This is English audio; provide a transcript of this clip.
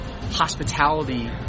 hospitality